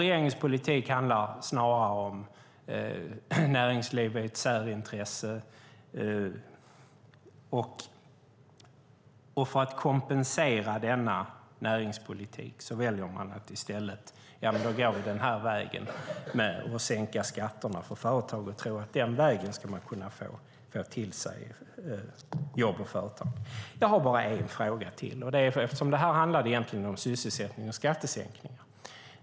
Regeringens politik handlar snarare om att näringsliv är ett särintresse. För att kompensera denna näringspolitik väljer man att i stället gå vägen att sänka skatterna för företag och tror att man den vägen ska få till sig jobb och företag. Jag har bara en fråga till eftersom interpellationen egentligen handlar om sysselsättning och skattesänkningar.